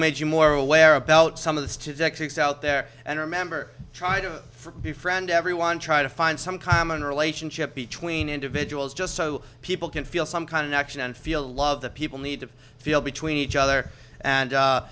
made you more aware about some of the tricks out there and remember try to befriend everyone try to find some common relationship between individuals just so people can feel some kind of action and feel love that people need to feel between each other and